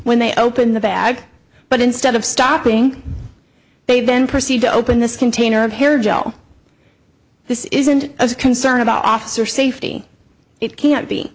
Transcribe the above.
when they open the bag but instead of stopping they then proceed to open this container of hair gel this isn't a concern about officer safety it can't be